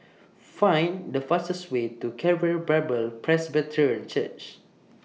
Find The fastest Way to Calvary Bible Presbyterian Church